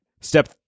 Step